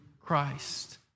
Christ